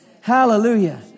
Hallelujah